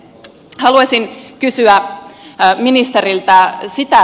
haluaisin kysyä ministeriltä